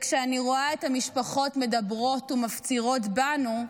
כשאני רואה את המשפחות מדברות ומפצירות בנו,